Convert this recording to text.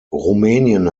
rumänien